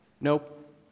Nope